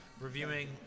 Reviewing